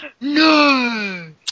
No